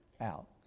out